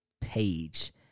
page